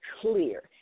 clear